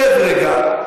שב רגע.